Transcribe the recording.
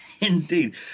Indeed